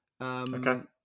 Okay